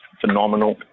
phenomenal